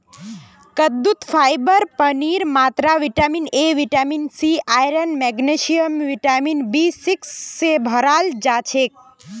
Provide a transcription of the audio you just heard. कद्दूत फाइबर पानीर मात्रा vitamin A vitamin C iron magnesium vitamin B six स भोराल हछेक